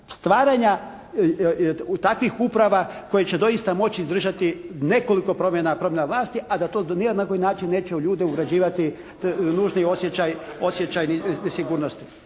stvaranja takvih uprava koje će doista moći izdržati nekoliko promjena, promjena vlasti a da to ni na koji način neće u ljude ugrađivati nužni osjećaj nesigurnosti.